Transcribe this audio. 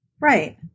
Right